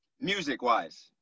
music-wise